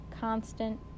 constant